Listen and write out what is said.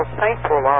thankful